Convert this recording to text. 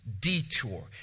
detour